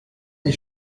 des